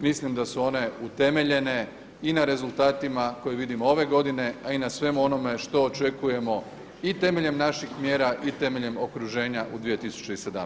mislim da su one utemeljene i na rezultatima koje vidimo ove godine, a i na svemu onome što očekujemo i temeljem naših mjera i temeljem okruženja u 2017.